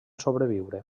sobreviure